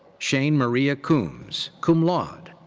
chesne maria coombs, cum laude.